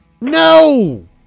No